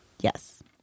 Yes